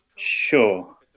Sure